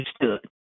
understood